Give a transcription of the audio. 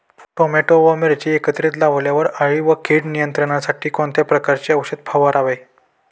Tomato व मिरची एकत्रित लावल्यावर अळी व कीड नियंत्रणासाठी कोणत्या प्रकारचे औषध फवारावे?